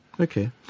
Okay